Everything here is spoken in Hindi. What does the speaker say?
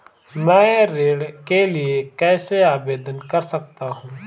मैं ऋण के लिए कैसे आवेदन कर सकता हूं?